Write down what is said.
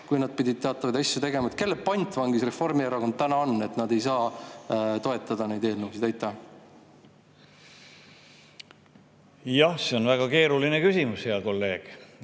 kui nad pidid teatavaid asju tegema? Kelle pantvangis Reformierakond täna on, et nad ei saa toetada neid eelnõusid? Jah, see on väga keeruline küsimus, hea kolleeg,